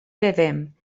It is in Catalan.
bevem